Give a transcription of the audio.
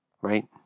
right